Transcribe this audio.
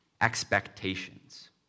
expectations